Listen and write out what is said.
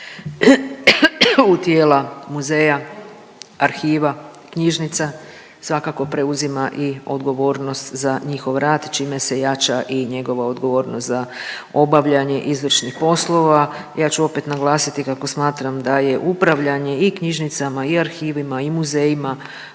u tijela muzeja, arhiva, knjižnica svakako preuzima i odgovornost za njihov rad čime se jača i njegova odgovornost za obavljanje izvršnih poslova. Ja ću opet naglasiti kako smatram da je upravljanje i knjižnicama i arhivima i muzejima